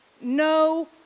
no